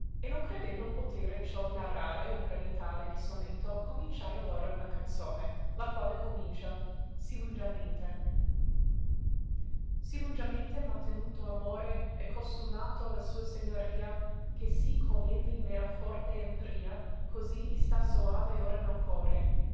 e non credendo potere ciò narrare in brevitade di sonetto cominciai allora una canzone la quale comincia sì lungiamente sì lungiamente m'ha tenuto amore e costumato a la sua segnoria che sì com'elli m'era forte in pria così mi sta soave ora nel core